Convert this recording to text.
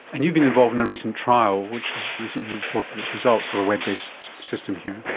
and you've been involved in a recent trial which has recently reported its results of a web based system here.